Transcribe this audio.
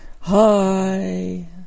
Hi